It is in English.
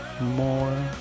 more